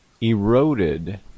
eroded